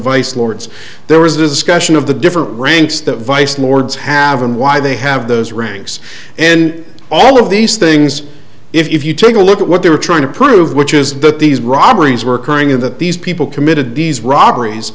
lords there was discussion of the different ranks that vice lords have and why they have those ranks and all of these things if you take a look at what they were trying to prove which is that these robberies were occurring in that these people committed these robberies